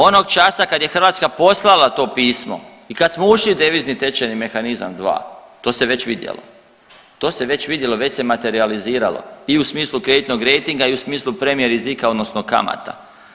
Onog časa kad je Hrvatska poslala to pismo i kad smo ušli u devizni tečajni mehanizam dva to se već vidjelo, to se već vidjelo, već se materijaliziralo i u smislu kreditnog rejtinga i u smislu premije rizika, odnosno kamata.